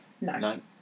no